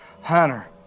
Hunter